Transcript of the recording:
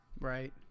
Right